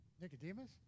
Nicodemus